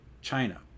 China